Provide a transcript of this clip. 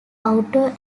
outdoor